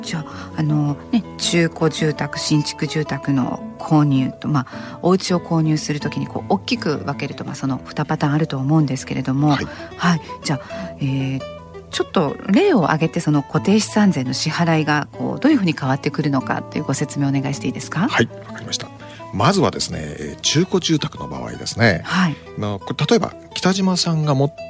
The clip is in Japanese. じゃあ、あのね、中古住宅、新築住宅の購入と、まあ、お家を購入する時にこう、大きく分けると、まあ、その二パターンあると思うんですけれども。はい。はい。じゃあ、えー、ちょっと例を挙げて、その固定資産税の支払いが、こう、どういうふうに変わってくるのかっていうご説明をお願いしていいですか？はい、わかりました。まずはですね、えー、中古住宅の場合ですね。はい。まあ、これ、例えば、北島さんが持って